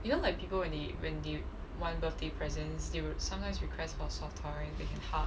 you know like people when they when they want birthday present they would sometimes requests for soft toy they can hug